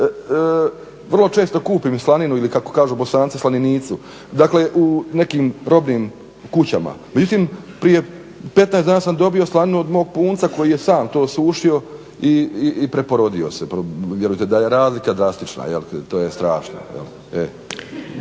vrlo često kupim i slaninu ili kako kažu Bosanci slaninicu, dakle u nekim robnim kućama. Međutim, prije 15 dana sam dobio slaninu od mog punca koji je sam to sušio i preporodio se, vjerujte da je razlika drastična. To je strašno.